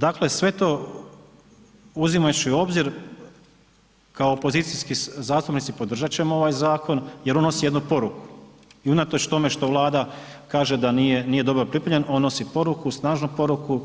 Dakle, sve to uzimajući u obzir kao opozicijski zastupnici podržat ćemo ovaj zakon jer on nosi jednu poruku i unatoč tome što Vlada kaže da nije, nije dobro pripremljen, on nosi poruku, snažnu poruku,